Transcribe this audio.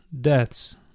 deaths